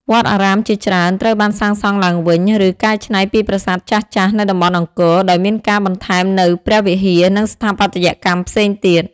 វត្តអារាមជាច្រើនត្រូវបានសាងសង់ឡើងវិញ ឬកែច្នៃពីប្រាសាទចាស់ៗនៅតំបន់អង្គរ ដោយមានការបន្ថែមនូវព្រះវិហារ និងស្ថាបត្យកម្មផ្សេងទៀត។